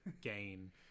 gain